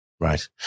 Right